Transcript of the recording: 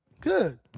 Good